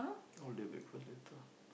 order breakfast later